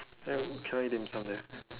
can I dim-sum there